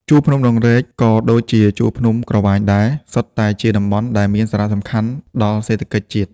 ជួរភ្នំដងរែកក៏ដូចជាជួរភ្នំក្រវាញដែរ សុទ្ធតែជាតំបន់ ដែលមានសារៈសំខាន់ដល់សេដ្ឋកិច្ចជាតិ ។